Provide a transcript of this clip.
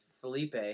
Felipe